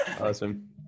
Awesome